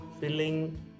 filling